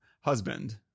husband